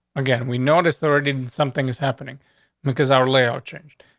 again, we noticed already something is happening because our layout changed.